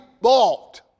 bought